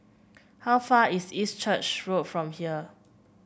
how far is East Church Road from here